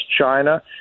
China